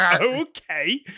Okay